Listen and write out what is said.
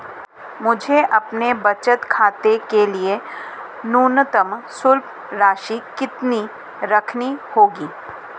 मुझे अपने बचत खाते के लिए न्यूनतम शेष राशि कितनी रखनी होगी?